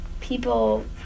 people